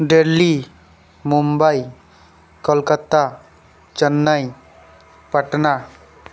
Delhi Mumbai Kolkata Chennai Patna